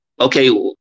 okay